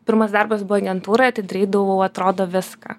pirmas darbas buvo agentūroj tai darydavau atrodo viską